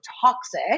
toxic